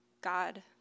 God